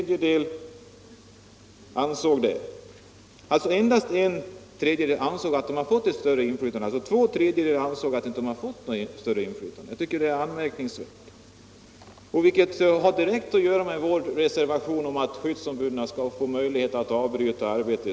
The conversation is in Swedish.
Det finner jag anmärkningsvärt. Det har direkt att göra med kravet i vår reservation att skyddsombud skall få ökade möjligheter att avbryta arbete.